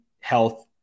health